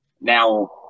now